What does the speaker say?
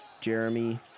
Jeremy